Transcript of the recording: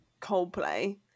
Coldplay